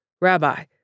Rabbi